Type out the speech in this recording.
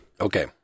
Okay